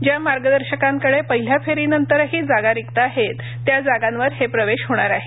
ज्या मार्गदर्शकांकडे पहिल्या फेरीनंतरही जागा रिक्त आहेत त्या जागांवर हे प्रवेश होणार आहेत